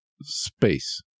space